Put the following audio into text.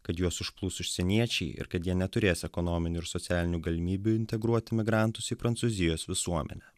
kad juos užplūs užsieniečiai ir kad jie neturės ekonominių ir socialinių galimybių integruoti imigrantus į prancūzijos visuomenę